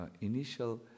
initial